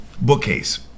bookcase